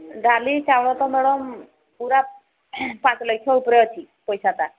ଡାଲି ଚାଉଳ ତ ମ୍ୟାଡ଼ମ୍ ପୁରା ପାଞ୍ଚ ଲକ୍ଷ ଉପରେ ଅଛି ପଇସାଟା